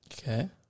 Okay